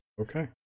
Okay